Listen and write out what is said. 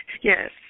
Yes